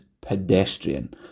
pedestrian